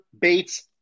Bates